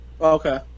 Okay